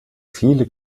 viele